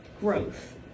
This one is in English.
growth